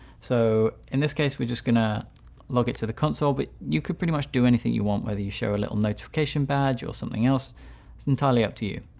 so in this case, we're just going to log it to the console. but you could pretty much do anything you want, whether you show a little notification badge or something else is entirely up to you.